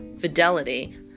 Fidelity